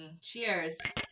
cheers